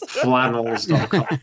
Flannels.com